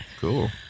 Cool